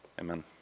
Amen